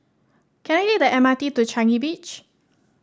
can I take the M R T to Changi Beach